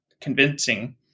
convincing